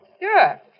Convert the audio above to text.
Sure